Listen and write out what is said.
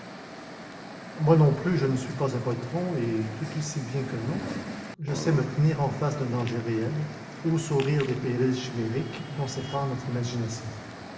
moi non plus je ne suis pas un poltron et tout aussi bien qu'un autre je sais me tenir en face du danger réel ou sourire des périls chimériques dont s'effare notre imagination